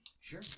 Sure